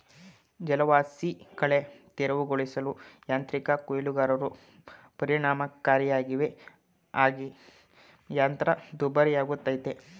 ಜಲವಾಸಿಕಳೆ ತೆರವುಗೊಳಿಸಲು ಯಾಂತ್ರಿಕ ಕೊಯ್ಲುಗಾರರು ಪರಿಣಾಮಕಾರಿಯಾಗವೆ ಹಾಗೆ ಯಂತ್ರ ದುಬಾರಿಯಾಗಯ್ತೆ